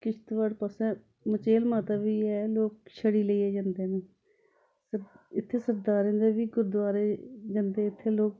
कश्तबाड़ पास्सै मचेल माता बी ऐ लोक छड़ी लेइयै जंदे न इत्थै सरदारें दे बी गुरुद्वारे बी जंदे इत्थै लोक